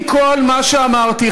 עם כל מה שאמרתי,